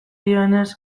dioenez